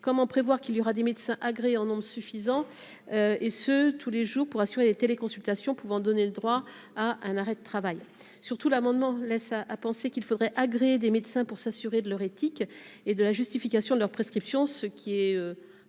comment prévoir qu'il y aura des médecins agréés en nombre suffisant, et ce tous les jours pour assurer les téléconsultations pouvant donner le droit à un arrêt de travail surtout l'amendement laisse ça à penser qu'il faudrait agréé des médecins pour s'assurer de leur éthique et de la justification de leur prescription, ce qui est